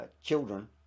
children